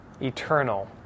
eternal